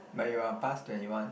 but you are past twenty one